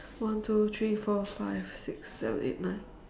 one two three four five six seven eight nine